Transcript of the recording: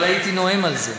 אבל הייתי נואם על זה.